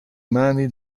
mani